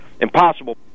Impossible